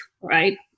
right